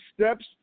steps